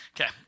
Okay